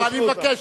אני מבקש,